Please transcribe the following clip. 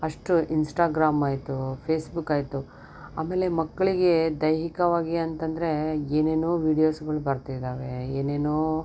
ಅಷ್ಟು ಇನ್ಸ್ಟಾಗ್ರಾಮ್ ಆಯಿತು ಫೇಸ್ಬುಕ್ ಆಯಿತು ಆಮೇಲೆ ಮಕ್ಕಳಿಗೆ ದೈಹಿಕವಾಗಿ ಅಂತಂದರೆ ಏನೇನೋ ವೀಡಿಯೋಸ್ಗಳು ಬರ್ತಿದ್ದಾವೆ ಏನೇನೋ